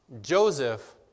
Joseph